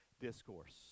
discourse